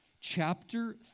chapter